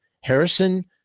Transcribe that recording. Harrison